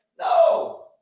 no